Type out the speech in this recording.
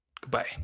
Goodbye